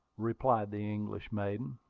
replied the english maiden.